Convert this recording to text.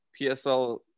PSL